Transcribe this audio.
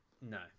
No